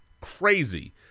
Crazy